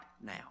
now